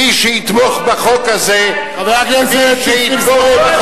מי שיתמוך בחוק הזה, חבר הכנסת נסים זאב.